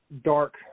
dark